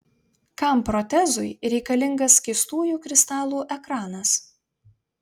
kam protezui reikalingas skystųjų kristalų ekranas